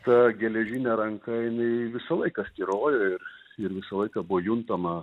ta geležinė ranka jinai visą laiką styrojo ir ir visą laiką buvo juntama